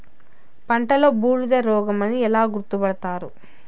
పంటలో బూడిద రోగమని ఎలా గుర్తుపడతారు?